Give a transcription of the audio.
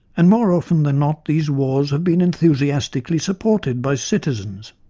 and more often than not these wars have been enthusiastically supported by citizens.